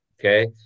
okay